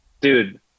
dude